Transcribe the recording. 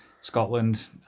Scotland